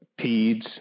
PEDS